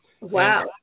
Wow